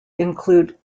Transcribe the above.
include